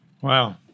Wow